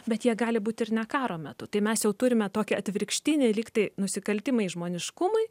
bet jie gali būti ir ne karo metu tai mes jau turime tokią atvirkštinę lyg tai nusikaltimai žmoniškumui